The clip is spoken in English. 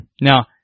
Now